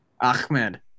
Ahmed